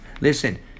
listen